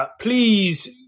please